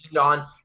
on